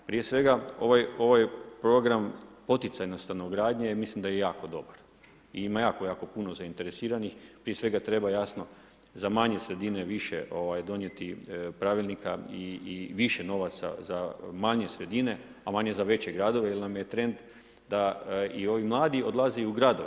Prije svega ovo je program poticajnog stanogradnje i mislim da je jako dobar i ima jako jako puno zainteresiranih, prije svega treba jasno, za manje sredine više donijeti pravilnika i više novaca za manje sredine, a manje za veće gradove, jer nam je trend da i ovi mladi odlaze u gradove.